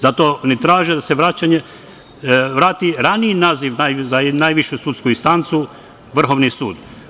Zato oni traže da se vrati raniji naziv za najvišu sudsku instancu -Vrhovni sud.